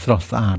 ស្រស់ស្អាត។